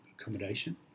accommodation